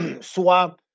Soit